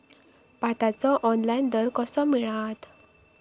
भाताचो ऑनलाइन दर कसो मिळात?